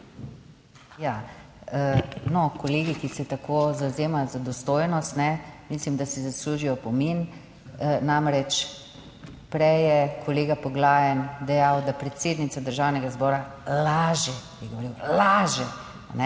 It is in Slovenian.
Ja, no, kolegi, ki se tako zavzemajo za dostojnost, mislim, da si zasluži opomin. Namreč, prej je kolega Poglajen dejal, da predsednica Državnega zbora laže, je govoril laže,